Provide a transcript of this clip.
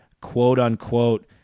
quote-unquote